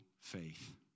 faith